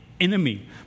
enemy